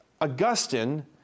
Augustine